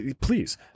Please